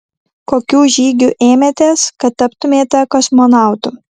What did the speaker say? kokių žygių ėmėtės kad taptumėte kosmonautu